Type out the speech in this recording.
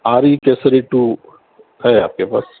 are E کیسری two ہے آپ کے پاس